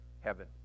heaven